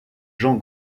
jean